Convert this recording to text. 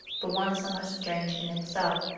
but one somewhat strange in itself.